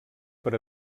per